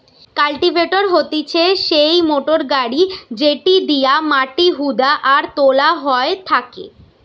cultivator হতিছে সেই motor গাড়ি যেটি দিয়া মাটি হুদা আর তোলা হয় থাকে